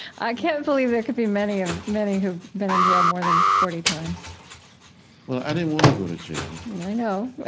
i can't believe there could be many ah many who've been in jail more than forty times well, i didn't want go to jail i know.